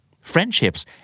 friendships